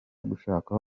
gushaka